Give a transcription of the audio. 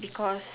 because